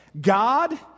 God